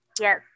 yes